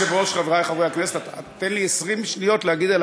אם כן, השר הציע שנעביר את